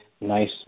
nice